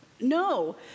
No